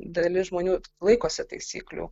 dalis žmonių laikosi taisyklių